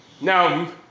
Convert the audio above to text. Now